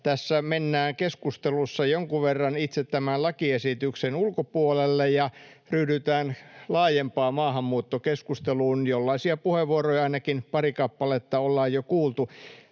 tässä keskustelussa mennään jonkun verran itse tämän lakiesityksen ulkopuolelle ja ryhdytään laajempaan maahanmuuttokeskusteluun, jollaisia puheenvuoroja ainakin pari kappaletta ollaan jo kuultu.